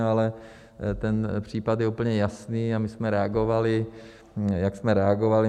Ale ten případ je úplně jasný a my jsme reagovali, jak jsme reagovali.